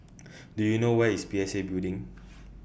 Do YOU know Where IS P S A Building